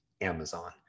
Amazon